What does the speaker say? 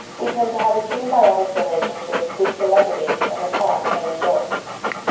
we tend to have a symbiotic relationship with celebrities and the products they endorse.